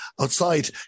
outside